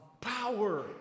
power